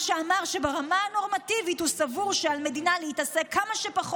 כמה אפשר